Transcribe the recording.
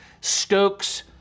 stokes